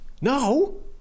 No